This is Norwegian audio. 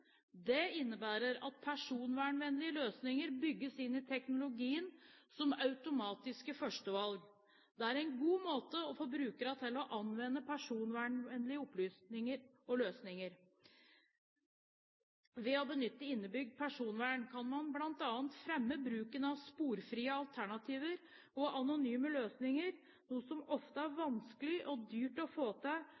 Det innebærer at personvernvennlige løsninger bygges inn i teknologien som automatiske førstevalg. Det er en god måte å få brukerne til å anvende personvernvennlige løsninger. Ved å benytte innebygd personvern kan man bl.a. fremme bruken av sporfrie alternativer og anonyme løsninger, noe som ofte er